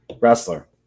Wrestler